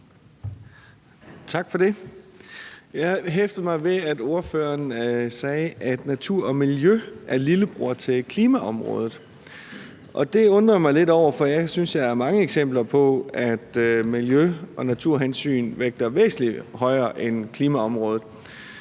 Tak for det. Jeg hæftede mig ved, at ordføreren sagde, at natur og miljø er lillebror til klimaområdet. Det undrede jeg mig lidt over, for jeg synes, at jeg har mange eksempler på, at miljø- og naturhensyn vægter væsentlig højere end klimaområdet.